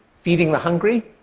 feeding the hungry,